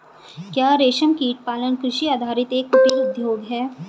क्या रेशमकीट पालन कृषि आधारित एक कुटीर उद्योग है?